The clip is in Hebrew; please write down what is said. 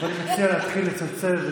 אני מציע להתחיל לצלצל.